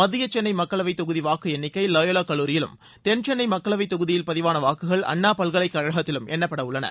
மத்திய சென்னை மக்களவைத் தொகுதி வாக்கு எண்ணிக்கை லயோலா கல்லூரியிலும் தென்சென்னை மக்களவைத் தொகுதியில் பதிவான வாக்குகள் அண்ணா பல்கலைக்கழகத்திலும் எண்ணப்பட உள்ளன